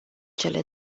cele